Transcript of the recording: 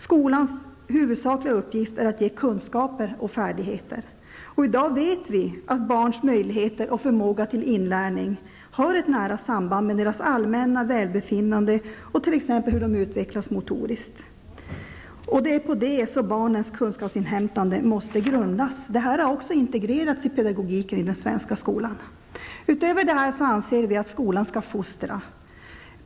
Skolans huvudsakliga uppgift är att ge kunskaper och färdigheter. I dag vet vi att barns möjligheter och förmåga till inlärning har ett nära samband med deras allmänna välbefinnande och t.ex. med hur de utvecklas motoriskt. Det är på det som barnens kunskapsinhämtande måste grundas. Det här har också integrerats i pedagogiken i den svenska skolan. Utöver detta anser vi att skolan skall fostra.